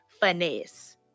finesse